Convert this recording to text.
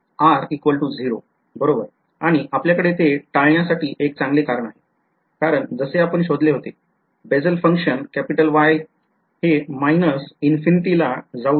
r 0 बरोबर आणि आपल्याकडे ते टाळण्यासाठी एक चांगले कारण आहे कारण जसे आपण शोधले होते Bessel Function Y हे minus infinity ला जाऊ द्या